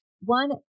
one